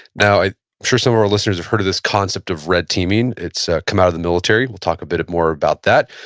now i'm sure some of our listeners have heard of this concept of red teaming. it's come out of the military. we'll talk a bit of more about that.